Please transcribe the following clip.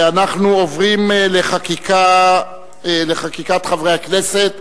אנחנו עוברים לחקיקת חברי הכנסת.